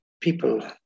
people